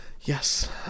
Yes